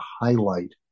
highlight